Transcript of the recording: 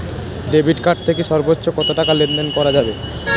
Debit card থেকে সর্বোচ্চ কত টাকা লেনদেন করা যাবে?